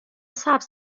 سبز